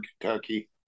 Kentucky